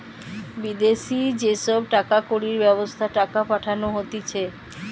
বিদেশি যে সব টাকা কড়ির ব্যবস্থা টাকা পাঠানো হতিছে